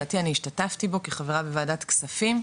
לדעתי אני השתתפתי בו כחברה בוועדת כספים,